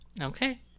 Okay